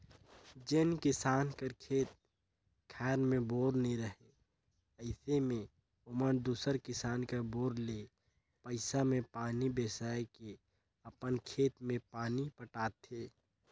जेन किसान कर खेत खाएर मे बोर नी रहें अइसे मे ओमन दूसर किसान कर बोर ले पइसा मे पानी बेसाए के अपन खेत मे पानी पटाथे